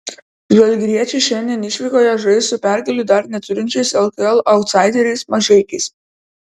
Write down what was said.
žalgiriečiai šiandien išvykoje žais su pergalių dar neturinčiais lkl autsaideriais mažeikiais